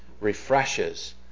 refreshes